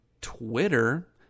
Twitter